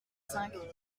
cinq